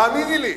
האמיני לי.